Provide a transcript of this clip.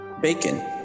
bacon